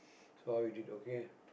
so how you did okay